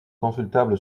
consultable